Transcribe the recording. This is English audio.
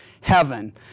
heaven